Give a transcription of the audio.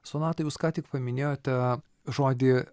sonata jūs ką tik paminėjote žodį